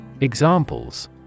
Examples